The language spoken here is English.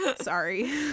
Sorry